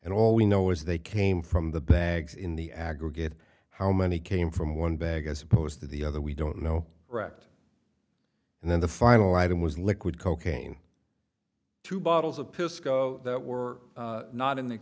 and all we know is they came from the bags in the aggregate how many came from one bag as opposed to the other we don't know wrecked and then the final item was liquid cocaine two bottles of piss go that were not in the